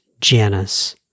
Janice